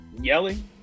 yelling